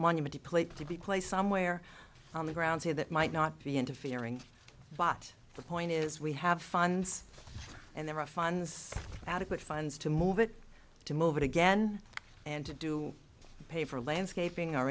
monument plate to be placed somewhere on the grounds here that might not be interfering bought the point is we have funds and there are funds adequate funds to move it to move it again and to do pay for landscaping or